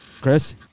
Chris